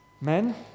Men